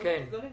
סוגיה